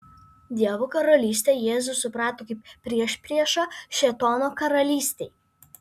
dievo karalystę jėzus suprato kaip priešpriešą šėtono karalystei